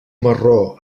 marró